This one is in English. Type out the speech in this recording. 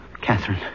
Catherine